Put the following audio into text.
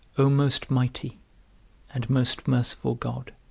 o most mighty and most merciful god,